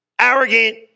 arrogant